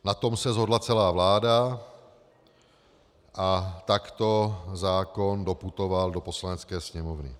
Na tom se shodla celá vláda a takto zákon doputoval do Poslanecké sněmovny.